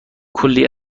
کلی